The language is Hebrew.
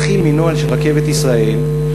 מתחיל מנוהל של "רכבת ישראל",